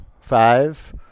Five